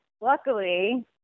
luckily